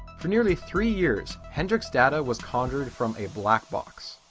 for nearly three years hendrik's data was conjured from a black box.